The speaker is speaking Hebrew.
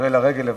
עולה לרגל,